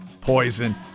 Poison